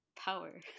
power